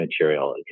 material